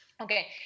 Okay